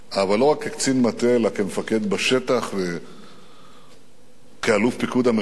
אבל לא רק כקצין מטה אלא כמפקד בשטח וכאלוף פיקוד המרכז,